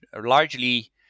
largely